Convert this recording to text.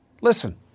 Listen